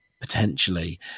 potentially